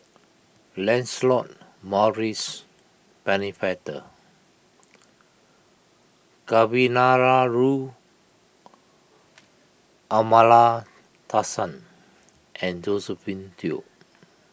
Lancelot Maurice Pennefather Kavignareru Amallathasan and Josephine Teo